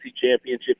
Championship